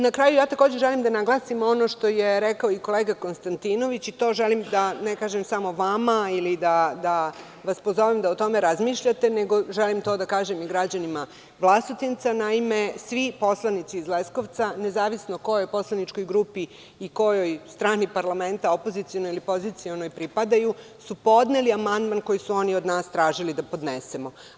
Na kraju, želim da naglasim i ono što je rekao kolega Konstantinović i to želim da kažem ne samo vama da o tome razmišljate, nego želim to da kažem i građanima Vlasotinca, a to je da svi poslanici iz Leskovca, nezavisno kojoj poslaničkoj grupi i kojoj strani parlamenta, opozicionoj ili pozicionoj, pripadaju, su podneli amandman koji su oni od nas tražili da podnesemo.